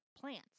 plants